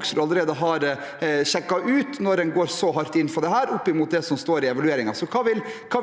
Hoksrud allerede har sjekket ut, når en går så hardt inn for dette, opp mot det som står i evalueringen. Hva